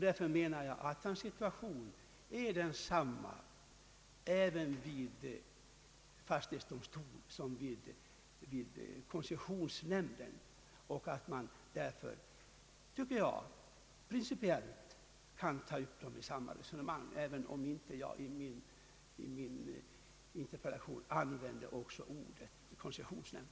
Därför menar jag att hans situation är densamma om han för sin talan vid en fastighetsdomstol som om han gör det inför koncessionsnämnden. Principiellt anser jag således att man kan föra in dessa båda instanser i samma resonemang, även om jag i min interpellation inte använde ordet koncessionsnämnd.